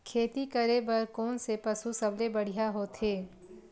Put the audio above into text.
खेती करे बर कोन से पशु सबले बढ़िया होथे?